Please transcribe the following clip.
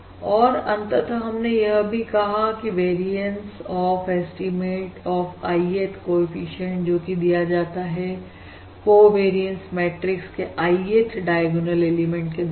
और अंततः हमने यह भी कहा कि variance of estimate of Ith coefficient जो कि दिया जाता है कोवेरियंस मैट्रिक्स के I th डायगोनल एलिमेंट के द्वारा